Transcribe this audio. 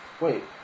Wait